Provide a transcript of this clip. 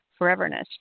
foreverness